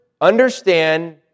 understand